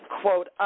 quote